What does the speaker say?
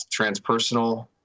transpersonal